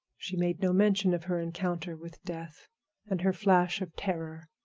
she made no mention of her encounter with death and her flash of terror,